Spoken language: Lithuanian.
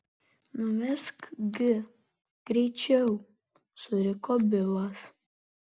nuvesk g greičiau suriko bilas